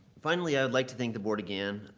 finally, i would like to thank the board again.